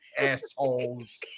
assholes